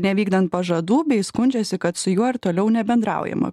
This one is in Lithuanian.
nevykdant pažadų bei skundžiasi kad su juo ir toliau nebendraujama